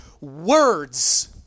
words